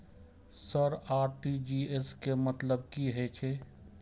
Sir RTGS के मतलब की हे छे?